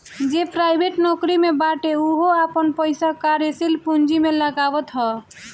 जे प्राइवेट नोकरी में बाटे उहो आपन पईसा कार्यशील पूंजी में लगावत हअ